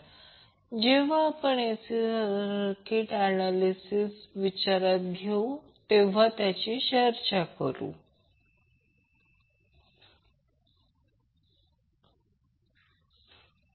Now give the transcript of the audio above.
आपण जेव्हा AC circuit analysis विचारात घेऊ तेव्हा चर्चा करूया